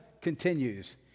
Continues